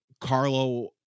Carlo